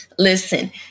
Listen